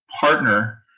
partner